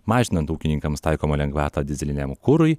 mažinant ūkininkams taikomą lengvatą dyzeliniam kurui